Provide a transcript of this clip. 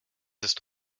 ist